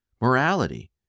morality